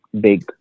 big